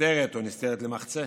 נסתרת או נסתרת למחצה,